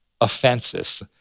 Offenses